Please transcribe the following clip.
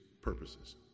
purposes